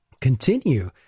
continue